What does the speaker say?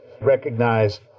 recognize